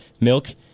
milk